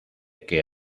que